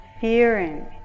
fearing